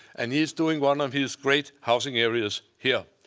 and he's doing one of his great housing areas here.